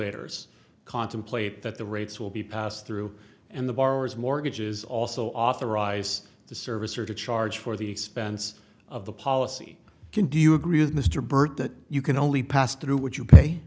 ors contemplate that the rates will be passed through and the borrowers mortgages also authorize the service or to charge for the expense of the policy can do you agree with mr burt that you can only pass through what you pay